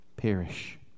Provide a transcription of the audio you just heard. Perish